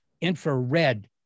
infrared